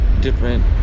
different